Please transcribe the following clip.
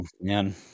man